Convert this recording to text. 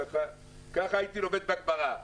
ככה הייתי לומד בגמרא.